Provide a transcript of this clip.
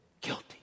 guilty